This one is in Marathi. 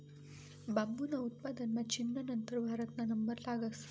बांबूना उत्पादनमा चीनना नंतर भारतना नंबर लागस